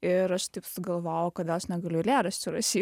ir aš taip sugalvojau kodėl aš negaliu eilėraščių rašyt